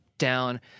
down